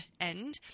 end